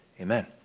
Amen